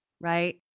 Right